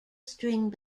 string